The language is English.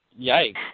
yikes